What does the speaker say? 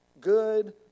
good